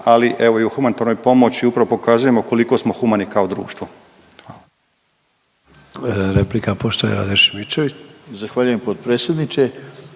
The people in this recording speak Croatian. ali, evo i o humanitarnoj pomoći upravo pokazujemo koliko smo humani kao društvo.